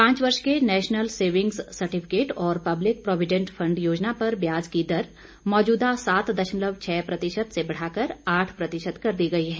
पांच वर्ष के नेशनल सेविंग्स सर्टिफिकेट और पब्लिक प्रॉविडेंट फंड योजना पर ब्याज की दर मौजूदा सात दशमलव छह प्रतिशत से बढ़ाकर आठ प्रतिशत कर दी गई है